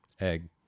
egg